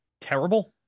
terrible